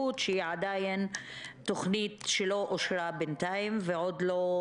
אי אפשר לתת תשובה על בעיה כללית שלא נותנים טופס 17 כי זה לא נכון.